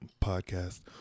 podcast